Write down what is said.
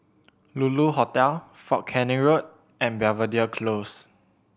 Lulu Hotel Fort Canning Road and Belvedere Close